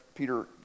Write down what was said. Peter